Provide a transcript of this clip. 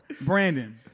Brandon